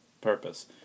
purpose